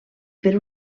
per